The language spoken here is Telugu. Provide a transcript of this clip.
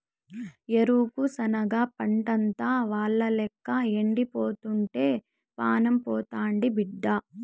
ఏరుశనగ పంటంతా వానల్లేక ఎండిపోతుంటే పానం పోతాండాది బిడ్డా